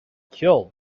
killed